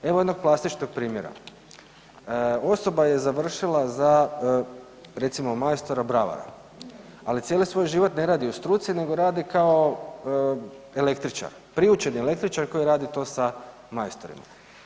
Evo jednog plastičnog primjera, osoba je završila recimo za recimo majstora bravara, ali cijeli svoj život ne radi u struci nego radi kao električar, priučeni električar koji radi to sa majstorima.